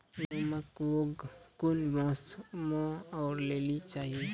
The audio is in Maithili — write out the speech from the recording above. गेहूँमक बौग कून मांस मअ करै लेली चाही?